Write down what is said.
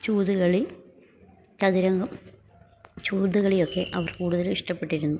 ചൂത് കളി ചതുരംഗം ചൂത് കളിയൊക്കെ അവർ കൂടുതലും ഇഷ്ടപ്പെട്ടിരുന്നു